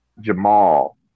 Jamal